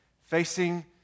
facing